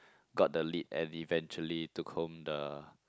got the lead and eventually took home the